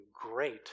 great